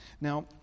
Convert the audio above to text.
Now